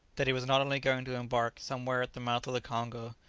that he was not only going to embark somewhere at the mouth of the congo,